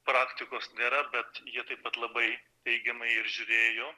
praktikos nėra bet jie taip pat labai teigiamai ir žiūrėjo